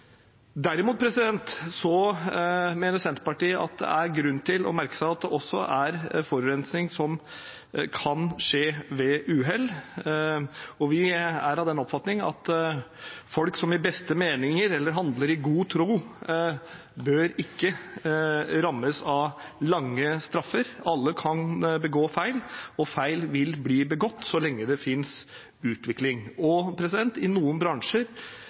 mener Senterpartiet at det er grunn til å merke seg at forurensning også kan skje ved uhell, og vi er av den oppfatning at folk som handler i beste mening eller i god tro, ikke bør rammes av lange straffer. Alle kan begå feil, og feil vil bli begått så lenge det finnes utvikling. I noen bransjer